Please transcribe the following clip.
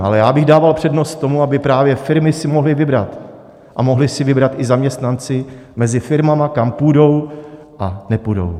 Ale já bych dával přednost tomu, aby právě firmy si mohly vybrat a mohli si vybrat i zaměstnanci mezi firmami, kam půjdou a nepůjdou.